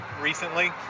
recently